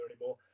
anymore